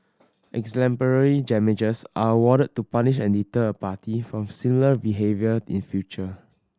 exemplary are awarded to punish and deter a party from similar behaviour in future